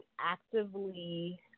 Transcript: actively